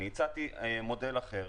אני הצעתי מודל אחר.